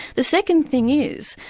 the second thing is,